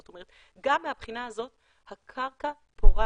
זאת אומרת שגם מהבחינה הזאת הקרקע פורה